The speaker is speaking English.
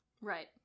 Right